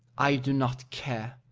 i do not care.